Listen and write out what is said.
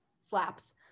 Slaps